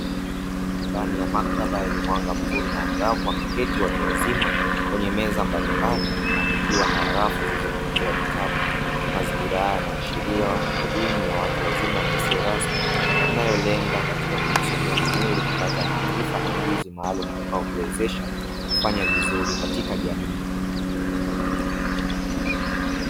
Ndani ya maktaba yenye mwanga mzuri na angavu wameketi watu wazima kwenye meza mbalimbali na kukiwa rafu zilizo pangiliwa vitabu, mazingira haya yanaashiria elimu ya watu wazima na isiyo rasmi inayolenga katika kujisomea mwenyewe ili kupata maarifa na ujuzi maalumu utakaokuwezesha kufanya vizuri katika jamii.